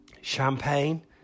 Champagne